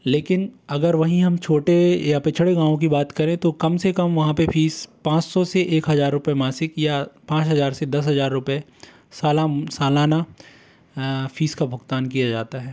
लेकिन अगर वहीं हम छोटे या पिछड़े गाँव की बात करें तो कम से कम वहाँ पे फ़ीस पाँच सौ से एक हज़ार रुपये मासिक या पाँच हज़ार से दस हज़ार रुपये सालाम सालाना फ़ीस का भुगतान किया जाता है